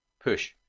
PUSH